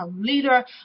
leader